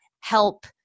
help